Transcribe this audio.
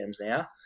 now